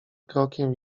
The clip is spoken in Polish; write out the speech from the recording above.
krokiem